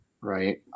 right